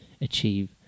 achieve